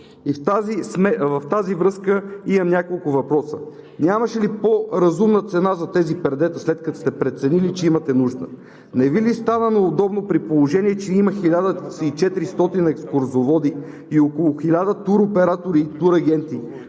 в тази връзка имам няколко въпроса: нямаше ли по-разумна цена за тези пердета, след като сте преценили, че имате нужда? Не Ви ли става неудобно, при положение че има 1400 екскурзоводи и около 1000 туроператори и турагенти,